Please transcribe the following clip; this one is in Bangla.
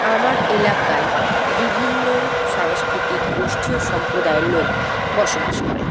আমার এলাকায় বিভিন্ন সাংস্কৃতিক গোষ্ঠী ও সম্প্রদায়ের লোক বসবাস করে